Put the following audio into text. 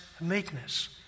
meekness